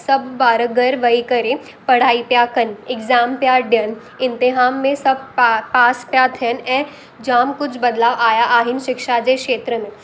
सभु ॿार घरु वई करे पढ़ाई पिया कनि एग्ज़ाम पिया ॾियनि इम्तिहान में सभु पास पिया थियनि ऐं जामु कुझु बदिलाउ आया आहिनि शिक्षा जे क्षेत्र में